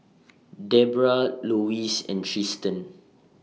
Debrah Lois and Triston